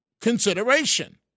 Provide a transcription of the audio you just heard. consideration